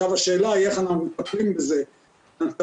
השאלה היא איך אנחנו מטפלים בזה ומטפלים